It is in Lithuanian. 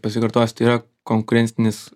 pasikartosiu tai yra konkurencinis